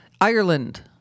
Ireland